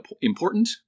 important